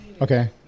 Okay